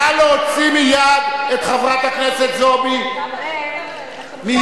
נא להוציא מייד את חברת הכנסת זועבי, מייד.